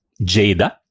Jada